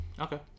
Okay